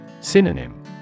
Synonym